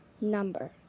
number